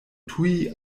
tuj